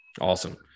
Awesome